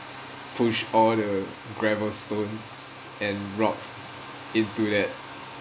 push all the gravel stones and rocks into that